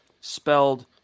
spelled